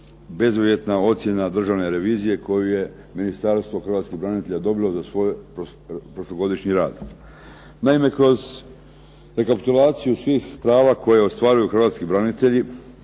bezuvjetna ocjena Državne revizije koju je Ministarstvo hrvatskih branitelja dobilo za svoj prošlogodišnji rad. Naime, kroz rekapitulaciju svih prava koje ostvaruju hrvatski branitelji